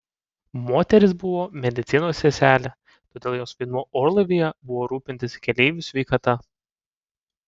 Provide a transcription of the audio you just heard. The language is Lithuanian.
moteris buvo medicinos seselė todėl jos vaidmuo orlaivyje buvo rūpintis keleivių sveikata